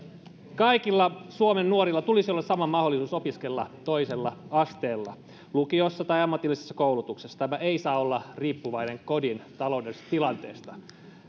kaikilla suomen nuorilla tulisi olla sama mahdollisuus opiskella toisella asteella lukiossa tai ammatillisessa koulutuksessa tämä ei saa olla riippuvainen kodin taloudellisesta tilanteesta